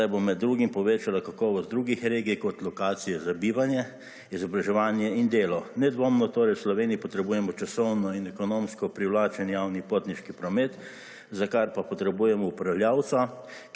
saj bo med drugim povečala kakovost drugih regij kot lokacije za bivanje, izobraževanje in delo. Nedvomno torej v Sloveniji potrebujemo časovno in ekonomsko privlačen javni potniški promet, za kar pa potrebujemo upravljavca,